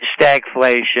stagflation